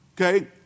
okay